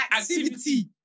activity